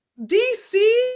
DC